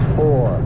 four